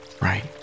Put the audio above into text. right